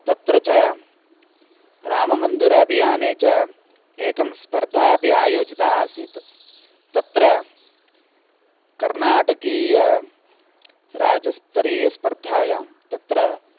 तत्र च राममन्दिराभियाने च एकं स्पर्धा अपि आयोजिता आसीत् तत्र कर्नाटकीय्राजस्तरीयस्पर्धायां तत्र